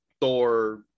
Thor